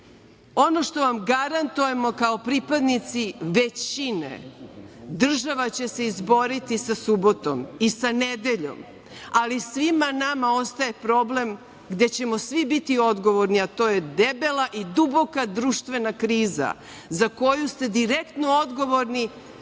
umu. Ono što vam garantujemo kao pripadnici većine, država će se izboriti sa subotom i sa nedeljom, ali svima nama ostaje problem gde ćemo svi biti odgovorni, a to je debela i duboka društvena kriza, za koju ste direktno odgovorni